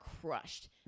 crushed